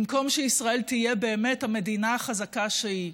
במקום שישראל תהיה באמת המדינה החזקה שהיא,